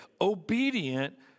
obedient